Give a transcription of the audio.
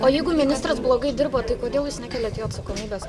o jeigu ministras blogai dirbo tai kodėl jis nekeliat jo atsakomybės